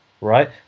right